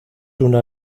una